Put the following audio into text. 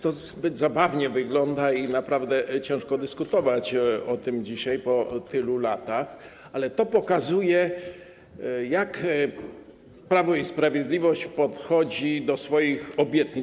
To zbyt zabawnie wygląda i naprawdę ciężko dyskutować o tym dzisiaj, po tylu latach, ale to pokazuje, jak Prawo i Sprawiedliwość podchodzi do swoich obietnic.